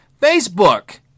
Facebook